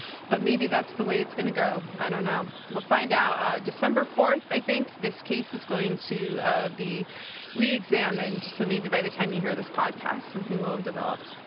but maybe that's the way it's gonna go. i don't know. we'll find out december fourth, i think. this case is going to ah be reexamined, so maybe by the time you hear this podcast something will have developed.